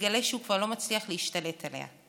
מגלה שהוא כבר לא מצליח להשתלט עליה.